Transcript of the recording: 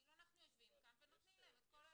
אנחנו יושבים כאן ונותנים להם את כל הלחם.